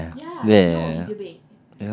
meh meh